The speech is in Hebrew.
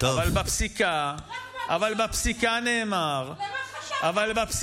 אבל בפסיקה נאמר, למה, בכלל?